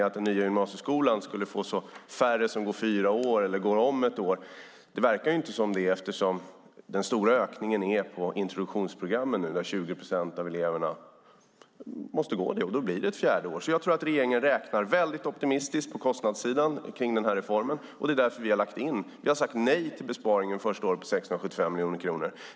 Att den nya gymnasieskolan skulle få så mycket färre som går fyra år eller går om ett år verkar det inte som, eftersom den stora ökningen nu är på introduktionsprogrammen där 20 procent av eleverna måste gå, och då blir det ett fjärde år. Jag tror att regeringen räknar väldigt optimistiskt på kostnadssidan kring den här reformen. Det är därför vi har sagt nej till besparingen och föreslår 675 miljoner kronor.